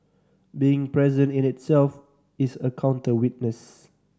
being present in itself is a counter witness